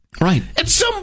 Right